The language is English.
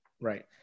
right